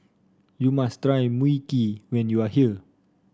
you must try Mui Kee when you are here